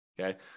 Okay